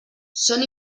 són